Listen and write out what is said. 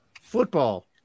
football